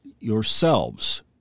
yourselves